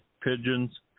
pigeons